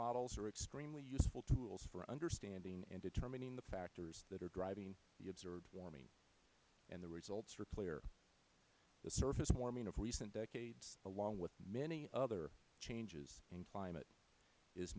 models are extremely useful tools for understanding and determining the factors that are driving the observed warming and the results are clear the surface warming of recent decades along with many other changes in climate is